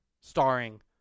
Starring